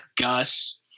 Gus